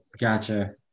gotcha